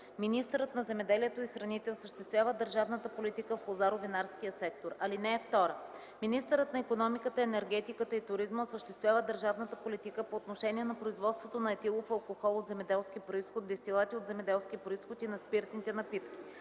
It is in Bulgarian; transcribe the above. Министърът на земеделието и храните осъществява държавната политика в лозаро-винарския сектор. (2) Министърът на икономиката, енергетиката и туризма осъществява държавната политика по отношение на производството на етилов алкохол от земеделски произход, дестилати от земеделски произход и на спиртните напитки.